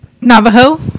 Navajo